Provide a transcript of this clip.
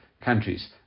countries